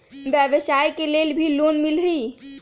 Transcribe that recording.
व्यवसाय के लेल भी लोन मिलहई?